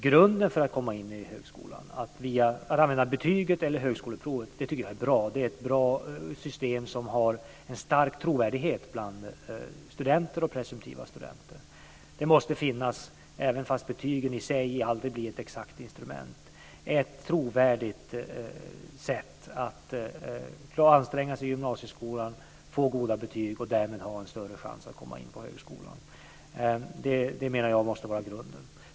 Grunden för att komma in i högskolan, att använda betyget eller högskoleprovet, tycker jag är bra. Det är ett bra system som har en stark trovärdighet bland studenter och presumtiva studenter. Det måste finnas, även om betygen i sig aldrig blir ett exakt instrument, ett trovärdigt sätt att anstränga sig i gymnasieskolan, få goda betyg och därmed ha en större chans att komma in på högskolan. Det menar jag måste vara grunden.